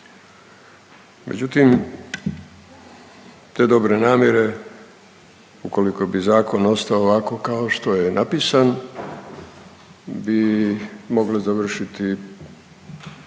Međutim, te dobre namjere ukoliko bi zakon ostao ovako kao što je napisan bi mogle završiti pa